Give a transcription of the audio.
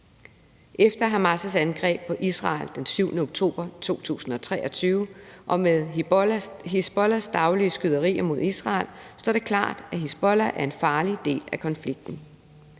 Efter Hamas' angreb på Israel den 7. oktober 2023 og med Hizbollahs daglige skyderier mod Israel står det klart, at Hizbollah er en farlig del af konflikten.